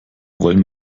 wollen